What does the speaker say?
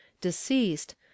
deceased